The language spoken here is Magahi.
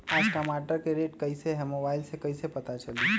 आज टमाटर के रेट कईसे हैं मोबाईल से कईसे पता चली?